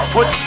Put